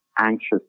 Anxious